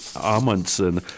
Amundsen